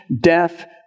death